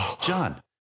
John